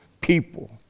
people